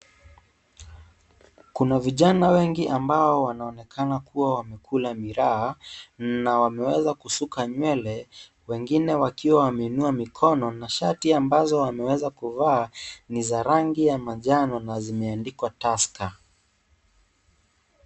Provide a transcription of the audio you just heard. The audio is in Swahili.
Kuna vijana wengi ambao wanaonekana kuwa wamekula miraa na wameweza kusuka nywele wengine wakiwa wameinua mikono shati ambazo wameweza kuvaa ni za rangi ya manjano na zimeandikwa Tusker.